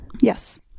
Yes